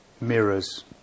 mirrors